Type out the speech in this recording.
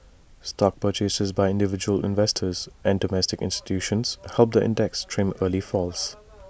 stock purchases by individual investors and domestic institutions helped the index trim early falls